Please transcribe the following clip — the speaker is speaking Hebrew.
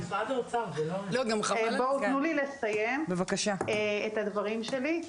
תנו לי לסיים את הדברים שלי.